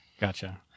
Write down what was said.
Gotcha